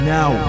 Now